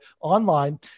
online